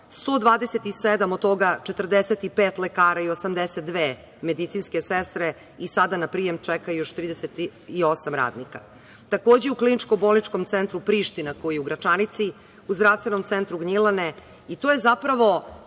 127, od toga 45 lekara i 82 medicinske sestre i sada na prijem čeka još 38 radnika. Takođe, u KBC Priština koji je u Gračanici u zdravstvenom centru Gnjilane i to je zapravo